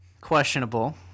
Questionable